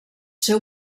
seu